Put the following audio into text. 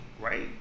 right